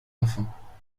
enfants